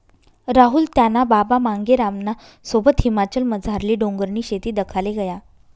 राहुल त्याना बाबा मांगेरामना सोबत हिमाचलमझारली डोंगरनी शेती दखाले गया